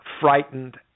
frightened